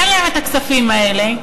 אין להם הכספים האלה.